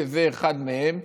שזה אחד מהם,